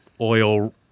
oil